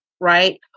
right